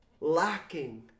lacking